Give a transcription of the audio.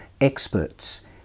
experts